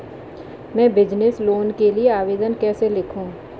मैं business loan के लिए आवेदन कैसे लिखूँ?